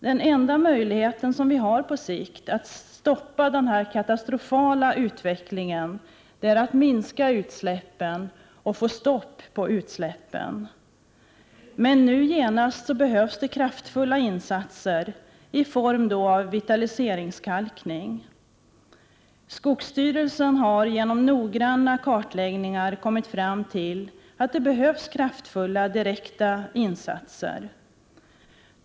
Den enda möjlighet som vi på sikt har att stoppa den här katastrofala utvecklingen är att minska och sedan få stopp på utsläppen. Men nu genast behövs det kraftfulla insatser, i form av vitaliseringskalkning. Skogsstyrelsen har genom noggranna kartläggningar kommit fram till att det behövs kraftfulla direkta insatser.